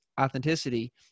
authenticity